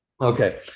Okay